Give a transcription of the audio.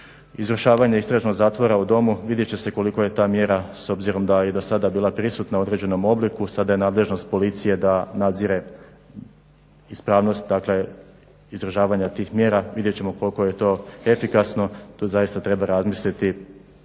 Izvršavanje istraženog zatvora u domu vidjet će se koliko je ta mjera s obzirom da je i do sada bila prisutna u određenom obliku. Sada je nadležnost policije da nazire ispravnost dakle izdržavanja tih mjera. Vidjet ćemo koliko je to efikasno. Tu zaista treba razmisliti